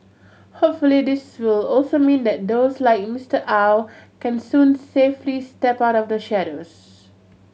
hopefully this will also mean that those like Mister Aw can soon safely step out of the shadows